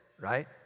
right